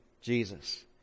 Jesus